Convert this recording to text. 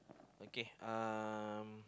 okay uh